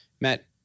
Matt